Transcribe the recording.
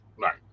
Right